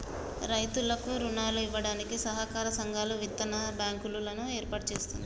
రైతులకు రుణాలు ఇవ్వడానికి సహకార సంఘాలు, విత్తన బ్యాంకు లను ఏర్పాటు చేస్తుంది